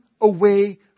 away